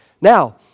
Now